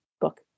book